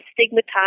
stigmatized